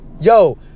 Yo